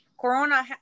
Corona